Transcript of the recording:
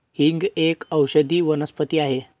हिंग एक औषधी वनस्पती आहे